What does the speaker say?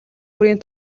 бүрийн